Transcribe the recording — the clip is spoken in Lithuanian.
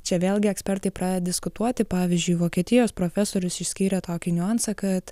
čia vėlgi ekspertai pradeda diskutuoti pavyzdžiui vokietijos profesorius išskyrė tokį niuansą kad